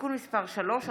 (תיקון מס' 3),